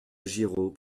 giraud